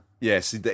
Yes